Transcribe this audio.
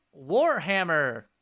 warhammer